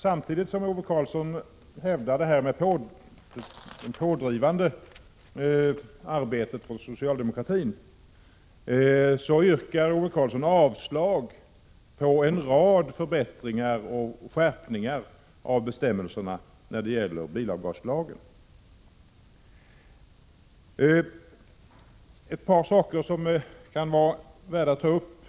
Samtidigt som Ove Karlsson hävdar att socialdemokraterna har varit pådrivande yrkar han nämligen avslag på en rad förslag om förbättringar och skärpningar beträffande bestämmelserna i bilavgaslagen. Ett par saker kan vara värda att ta upp.